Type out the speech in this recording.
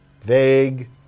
vague